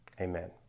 amen